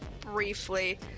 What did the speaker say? briefly